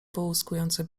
połyskujące